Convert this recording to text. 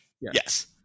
Yes